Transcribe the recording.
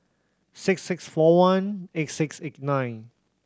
six six four one eight six eight nine